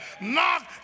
Knock